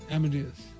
Amadeus